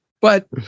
But-